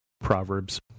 Proverbs